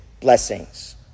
blessings